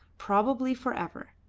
probably for ever.